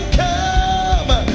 come